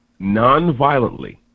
nonviolently